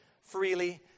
freely